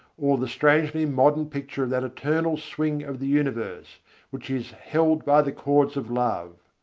or the strangely modern picture of that eternal swing of the universe which is held by the cords of love.